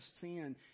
sin